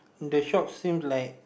the shop seem like